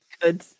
good